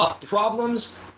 problems